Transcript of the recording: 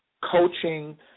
coaching